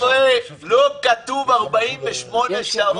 חברים, לא כתוב 48 שעות.